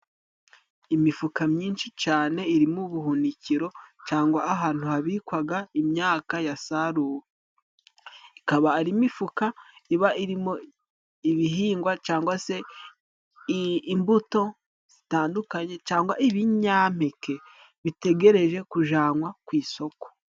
Imifuka myinshi cane iri mu ubuhunikiro cangwa ahantu habikwaga imyaka yasaruwe, ikaba ari imifuka iba irimo ibihingwa, cangwa se imbuto zitandukanye, cangwa ibinyampeke bitegereje kujyananwa ku isoko.